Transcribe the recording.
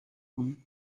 one